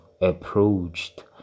approached